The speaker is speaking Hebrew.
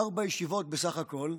ארבע ישיבות בסך הכול,